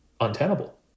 Untenable